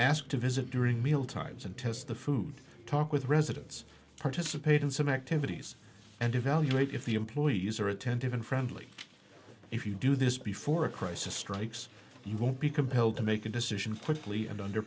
ask to visit during meal times and test the food talk with residents participate in some activities and evaluate if the employees are attentive and friendly if you do this before a crisis strikes you won't be compelled to make a decision quickly and under